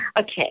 Okay